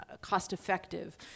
cost-effective